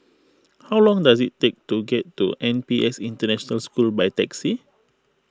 how long does it take to get to N P S International School by taxi